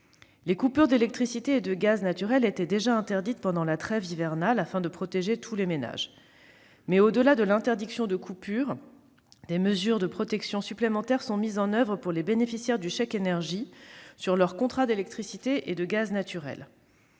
Les coupures d'électricité et de gaz naturel étaient déjà interdites pendant la trêve hivernale afin de protéger tous les ménages ; mais, au-delà de l'interdiction de coupure, des protections supplémentaires sont mises en oeuvre pour les bénéficiaires du chèque énergie sur leurs contrats d'électricité et de gaz naturel.